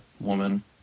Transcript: woman